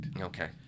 Okay